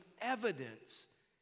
evidence